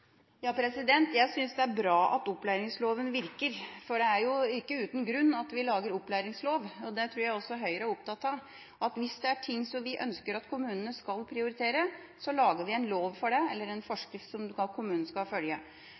Jeg syns det er bra at opplæringsloven virker, for det er jo ikke uten grunn vi lager opplæringslov. Jeg tror også Høyre er opptatt av at hvis det er ting som vi ønsker at kommunene skal prioritere, så lager vi en lov eller forskrift for det som kommunen skal følge.